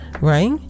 right